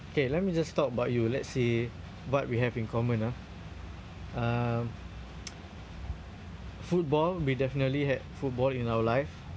okay let me just talk about you let's see what we have in common ah uh football we definitely had football in our life